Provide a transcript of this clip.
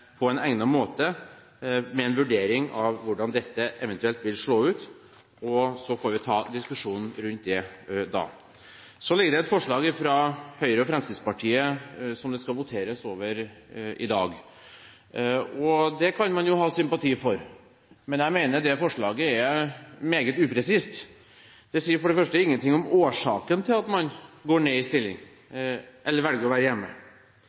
på en egnet måte med en vurdering av hvordan dette eventuelt vil slå ut, og så får vi ta diskusjonen rundt det da. Så ligger det her et forslag fra Høyre og Fremskrittspartiet som det skal voteres over i dag. Det kan man jo ha sympati for, men jeg mener det forslaget er meget upresist. Det sier for det første ingenting om årsaken til at man går ned i stilling eller velger å være hjemme.